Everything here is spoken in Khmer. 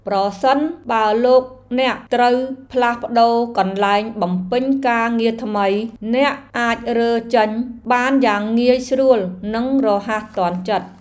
ប្រសិនបើលោកអ្នកត្រូវផ្លាស់ប្តូរកន្លែងបំពេញការងារថ្មី អ្នកអាចរើចេញបានយ៉ាងងាយស្រួលនិងរហ័សទាន់ចិត្ត។